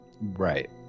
Right